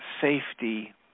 safety